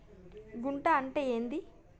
గుంట అంటే ఏంది?